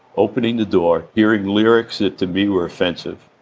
opening the door, hearing lyrics that, to me, were offensive.